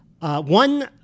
One